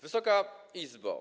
Wysoka Izbo!